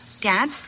Dad